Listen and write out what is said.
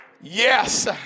yes